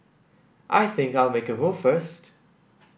I think I'll make a move first